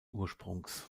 ursprungs